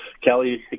Kelly